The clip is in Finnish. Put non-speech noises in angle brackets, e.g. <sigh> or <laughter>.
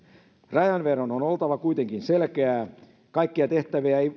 rajanvedon on oltava kuitenkin selkeää kaikkia tehtäviä ei <unintelligible>